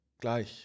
Gleich